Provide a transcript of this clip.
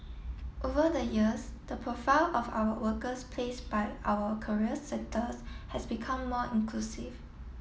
over the years the profile of our workers place by our career centres has become more inclusive